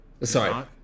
sorry